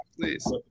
Please